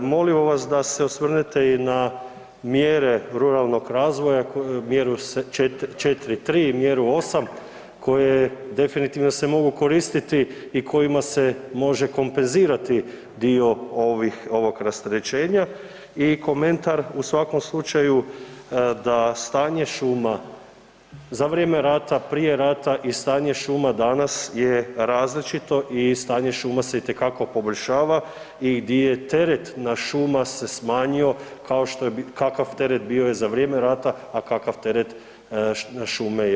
Molio bi vas da se osvrnete i na mjere ruralnog razvoja mjeru 43 i mjeru 8 koje definitivno se mogu koristiti i kojima se može kompenzirati dio ovih, ovog rasterećenja i komentar u svakom slučaju da stanje šuma za vrijeme rata, prije rata i stanje šuma danas je različito i stanje šuma se itekako poboljšava i gdje je teret na šuma se smanjio kao što je, kakav teret bio je za vrijeme rata a kakav teret šume je danas